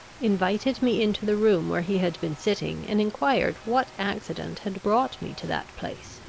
invited me into the room where he had been sitting, and enquired what accident had brought me to that place.